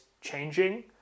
changing